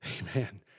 Amen